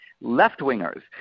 left-wingers